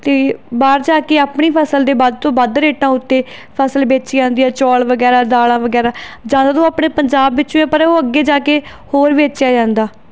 ਅਤੇ ਬਾਹਰ ਜਾ ਕੇ ਆਪਣੀ ਫਸਲ ਦੇ ਵੱਧ ਤੋਂ ਵੱਧ ਰੇਟਾਂ ਉੱਤੇ ਫਸਲ ਵੇਚੀ ਜਾਂਦੀ ਆ ਚੌਲ ਵਗੈਰਾ ਦਾਲਾਂ ਵਗੈਰਾ ਜਾਂਦਾ ਤਾਂ ਉਹ ਆਪਣੇ ਪੰਜਾਬ ਵਿੱਚੋਂ ਹੈ ਪਰ ਉਹ ਅੱਗੇ ਜਾ ਕੇ ਹੋਰ ਵੇਚਿਆ ਜਾਂਦਾ